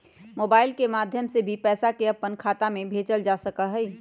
mobile के माध्यम से भी पैसा के अपन खाता में भेजल जा सका हई